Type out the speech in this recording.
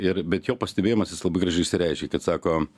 ir bet jo pastebėjimas jis labai gražiai išsireiškė kad sako